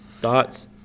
Thoughts